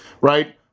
right